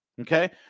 Okay